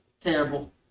terrible